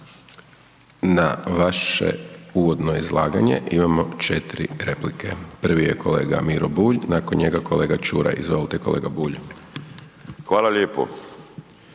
Na vaše uvodno izlaganje imamo 4 replike. Prvi je kolega Miro Bulj, nakon njega kolega Čuraj. Izvolite kolega Bulj. **Bulj,